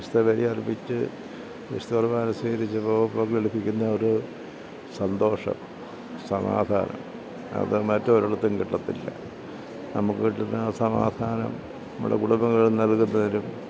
വിശുദ്ധ ബലി അർപ്പിച്ചു വിശുദ്ധ കുർബ്ബാന സ്വീകരിച്ചു നമുക്ക് അന്ന് ലഭിക്കുന്ന ഒരു സന്തോഷം സമാധാനം അത് മറ്റൊരിടത്തും കിട്ടത്തില്ല നമുക്ക് കിട്ടുന്ന ആ സമാധാനം നമ്മുടെ കുടുംബങ്ങളിൽ നൽകുന്നതിനും